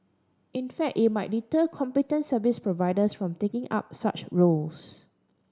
in fact it might deter competent service providers from taking up such roles